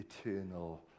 eternal